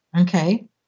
Okay